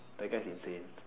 that guy is insane